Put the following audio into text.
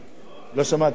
לא שמעתי את הסוף.